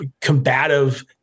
combative